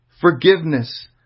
forgiveness